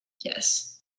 yes